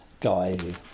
guy